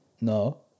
no